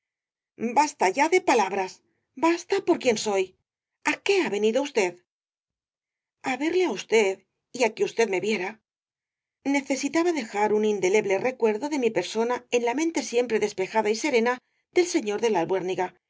basta ya de palabras basta por quien soy a qué ha venido usted a verle á usted y á que usted me viera necesitaba dejar un indeleble recuerdo de mi persona en la mente siempre despejada y serena del señor de la